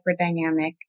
hyperdynamic